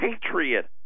Patriot